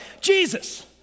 Jesus